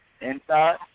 Inside